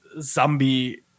zombie